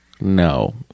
no